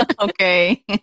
okay